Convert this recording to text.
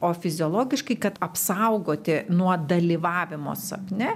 o fiziologiškai kad apsaugoti nuo dalyvavimo sapne